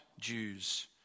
Jews